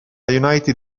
united